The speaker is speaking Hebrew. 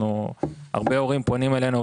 הרבה הורים פונים אלינו,